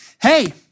hey